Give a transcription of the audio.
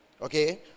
Okay